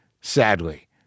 Sadly